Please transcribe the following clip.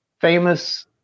famous